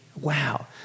wow